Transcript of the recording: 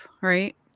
right